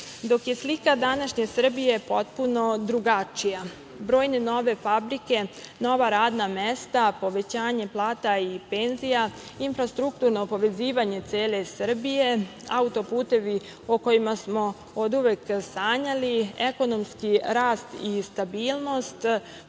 je slika današnje Srbije potpuno drugačija. Brojne nove fabrike, nova radna mesta, povećanje plata i penzija, infrastrukturno povezivanje cele Srbije, autoputevi o kojima smo oduvek sanjali, ekonomski rast i stabilnost,